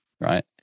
Right